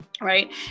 right